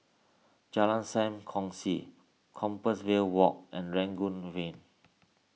Jalan Sam Kongsi Compassvale Walk and Rangoon Lane